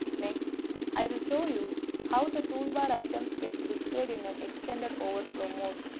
next i will show you how the toolbar items gets displayed in an extended overflow mode.